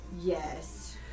Yes